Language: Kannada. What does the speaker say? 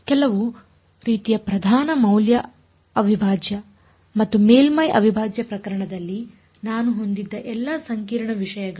ಕೆಲವು ರೀತಿಯ ಪ್ರಧಾನ ಮೌಲ್ಯ ಅವಿಭಾಜ್ಯ ಮತ್ತು ಮೇಲ್ಮೈ ಅವಿಭಾಜ್ಯ ಪ್ರಕರಣದಲ್ಲಿ ನಾನು ಹೊಂದಿದ್ದ ಎಲ್ಲಾ ಸಂಕೀರ್ಣ ವಿಷಯಗಳು